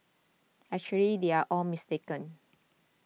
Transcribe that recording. actually they are all mistaken